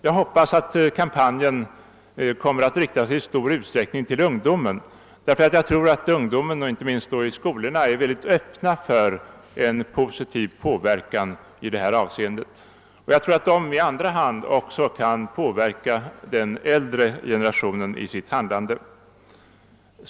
Jag hoppas att kampanjen i stor utsträckning kommer att rikta sig till de unga, inte minst i skolorna, som säkerligen är öppna för en positiv påverkan i detta avseende. Och ungdomarna kan sedan i sin tur påverka den äldre generationen i dess handlande.